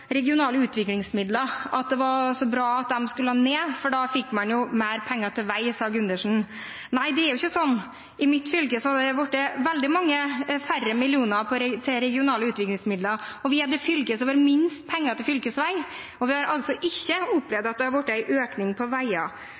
regionale utviklingsmidler, og at det var så bra at de skulle ned, for da fikk man jo mer penger til vei, sa Gundersen. Nei, det er ikke sånn. I mitt fylke har det blitt veldig mange færre millioner til regionale utviklingsmidler. Vi er det fylket som får minst penger til fylkesveier, og vi har altså ikke opplevd at det blitt en økning